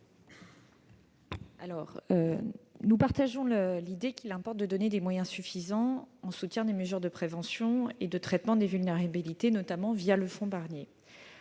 Nous partageons l'idée qu'il importe de donner des moyens suffisants en soutien des mesures de prévention et de traitement des vulnérabilités, notamment via le fonds Barnier.